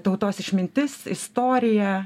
tautos išmintis istorija